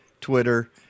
Twitter